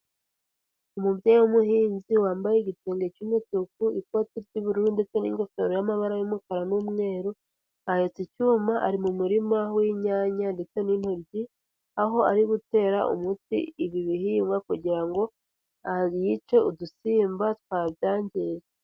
Umubyeyi w'umuhinzi wambaye igitenge cy'umutuku, ikoti ry'ubururu ndetse n'ingofero y'amabara y'umukara n'umweru, ahetse icyuma ari mu murima w'inyanya ndetse n'intoryi, aho ari gutera umuti ibi bihingwa kugira ngo yice udusimba twabyangiza.